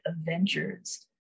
avengers